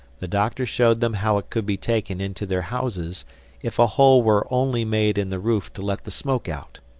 the doctor showed them how it could be taken into their houses if a hole were only made in the roof to let the smoke out.